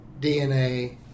DNA